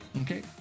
Okay